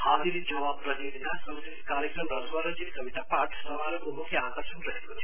हाजिरी जवाब प्रतियोगितासांस्कृतिक कार्यक्रम र स्वरचित कविता पाठ समारोहको मुख्य आकर्षण रहेको थियो